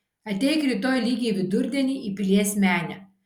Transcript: ateik rytoj lygiai vidurdienį į pilies menę